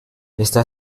está